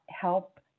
help